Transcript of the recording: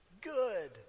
Good